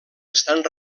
estan